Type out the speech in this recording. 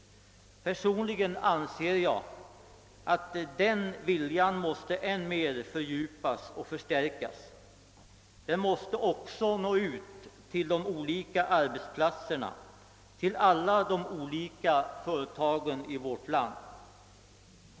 Personligen anser jag att den viljan måste än mer fördjupas och förstärkas. Den måste också nå ut till de olika arbetsplatserna, till alla de olika företagen i vårt land.